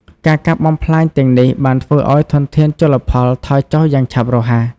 ការកាប់បំផ្លាញទាំងនេះបានធ្វើឲ្យធនធានជលផលថយចុះយ៉ាងឆាប់រហ័ស។